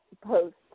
post